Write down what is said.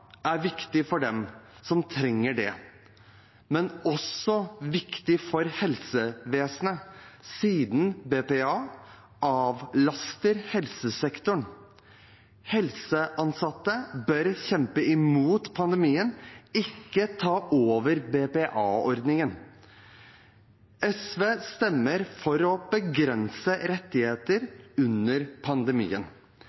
er viktig for dem som trenger det, men også viktig for helsevesenet, siden BPA avlaster helsesektoren. Helseansatte bør kjempe imot pandemien, ikke ta over BPA-ordningen. SV stemmer for å begrense rettigheter